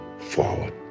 forward